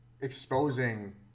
exposing